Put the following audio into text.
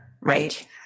right